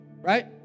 right